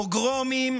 פוגרומים